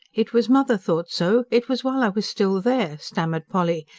it was mother thought so it was while i was still there, stammered polly,